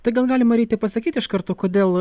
tai gal galim marytei pasakyti iš karto kodėl